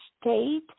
state